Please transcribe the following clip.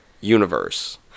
universe